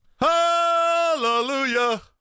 Hallelujah